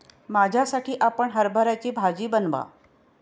माझ्यासाठी आपण हरभऱ्याची भाजी बनवा